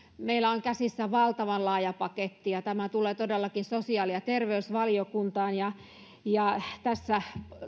meillä on käsissä valtavan laaja paketti ja tämä tulee todellakin sosiaali ja terveysvaliokuntaan tässä